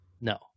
no